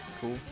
Cool